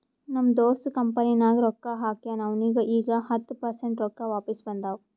ನಮ್ ದೋಸ್ತ್ ಕಂಪನಿನಾಗ್ ರೊಕ್ಕಾ ಹಾಕ್ಯಾನ್ ಅವ್ನಿಗ ಈಗ್ ಹತ್ತ ಪರ್ಸೆಂಟ್ ರೊಕ್ಕಾ ವಾಪಿಸ್ ಬಂದಾವ್